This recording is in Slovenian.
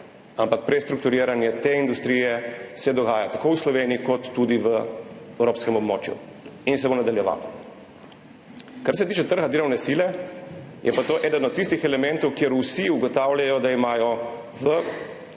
ampak prestrukturiranje te industrije se dogaja tako v Sloveniji kot tudi v evropskem območju in se bo nadaljevalo. Kar se tiče trga delovne sile, je pa to eden od tistih elementov, kjer vsi ugotavljajo, da imajo v